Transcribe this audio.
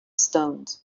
stones